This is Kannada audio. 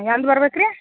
ಎಂದು ಬರ್ಬೇಕು ರೀ